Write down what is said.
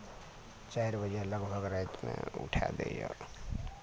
चारि बजे लगभग रातिमे उठाए दैए